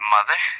Mother